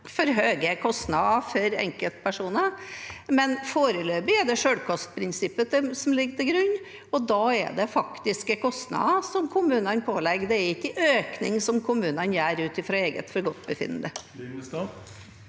for høye kostnader for enkeltpersoner. Men foreløpig er det selvkostprinsippet som ligger til grunn, og da er det faktiske kostnader som kommunene pålegger. Det er ikke en økning som kommunene gjør ut fra eget forgodtbefinnende.